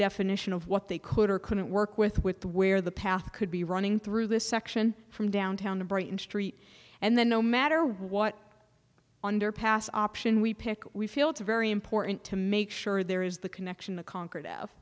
definition of what they could or couldn't work with with where the path could be running through this section from downtown to brighton street and then no matter what underpass option we pick we feel it's very important to make sure there is the connection the con